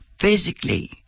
physically